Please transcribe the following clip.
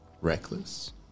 reckless